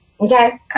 Okay